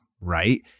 Right